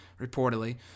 reportedly